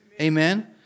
Amen